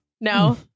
No